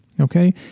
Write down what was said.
Okay